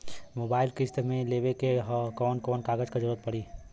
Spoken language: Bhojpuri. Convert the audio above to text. मोबाइल किस्त मे लेवे के ह कवन कवन कागज क जरुरत पड़ी?